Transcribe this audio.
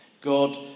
God